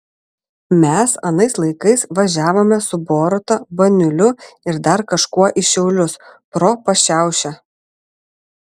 mes anais laikais važiavome su boruta baniuliu ir dar kažkuo į šiaulius pro pašiaušę